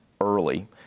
early